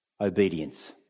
obedience